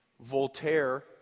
Voltaire